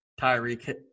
Tyreek